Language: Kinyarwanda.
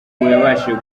yabashije